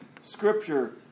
Scripture